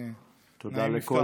תודה לכל